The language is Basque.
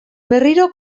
berriro